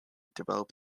developed